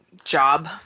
job